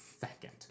second